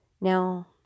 now